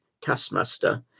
taskmaster